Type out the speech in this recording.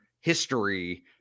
history